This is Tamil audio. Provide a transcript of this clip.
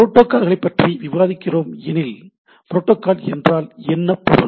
புரோட்டோகால்களைப் பற்றி விவாதிக்கிறொம் எனில் புரோட்டோகால் என்றால் என்ன பொருள்